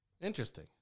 Interesting